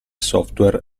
software